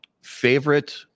favorite